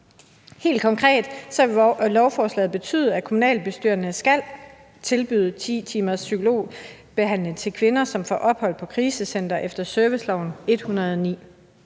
Helt konkret vil lovforslaget betyde, at kommunalbestyrelserne skal tilbyde 10 timers psykologbehandling til kvinder, som får ophold på krisecentre efter servicelovens § 109.